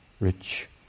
rich